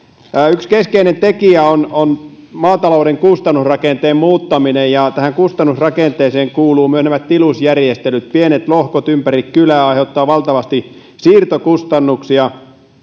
yksi keskeinen tekijä on on maatalouden kustannusrakenteen muuttaminen ja tähän kustannusrakenteeseen kuuluvat myös nämä tilusjärjestelyt pienet lohkot ympäri kylää aiheuttavat valtavasti siirtokustannuksia